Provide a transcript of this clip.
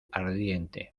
ardiente